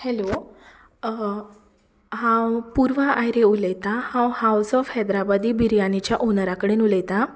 hello हांव पुर्वा आर्य उलयतां हांव हावज ऑफ हैदराबादी बिर्यानीच्या ओनरा कडेन उलयतां